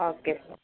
okay